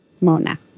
Mona